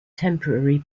temporary